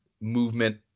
movement